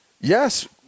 yes